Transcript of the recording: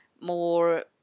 more